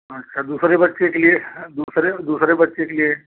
अच्छा दूसरे बच्चे के लिए दूसरे दूसरे बच्चे के लिए